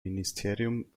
ministerium